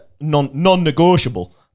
non-negotiable